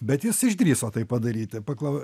bet jis išdrįso tai padaryti paklau